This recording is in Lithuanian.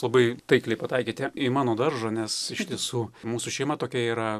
labai taikliai pataikėte į mano daržą nes iš tiesų mūsų šeima tokia yra